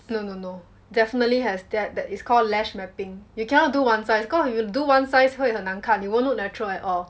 no no no definitely has that that is called lash mapping you cannot do one size cause if you do one size 会很难看 you won't look natural at all